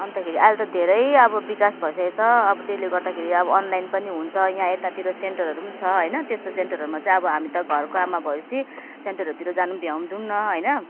अन्तखेरि अहिले त धेरै अब विकास भइसकेको छ अब त्यसले गर्दाखेरि अब अनलाइन पनि हुन्छ यहाँ यतातिर सेन्टरहरू छ होइन त्यस्तो सेन्टरहरूमा चाहिँ अब हामी त घरको आमा भए पछि सेन्टरहरूतिर जानु भ्याउँदैनौँ न होइन